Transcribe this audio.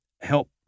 help